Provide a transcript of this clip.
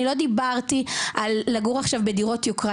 אני לא דיברתי על לגור עכשיו בדירות יוקרה,